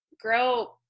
grow